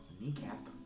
Kneecap